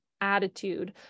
attitude